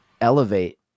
elevate